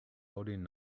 holding